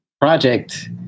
project